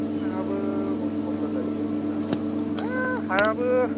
अब्बसे नोंहाबो बहुद खरसा जायो जानायालाय है हायाबो